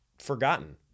forgotten